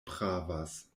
pravas